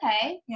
okay